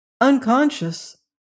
unconscious